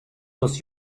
was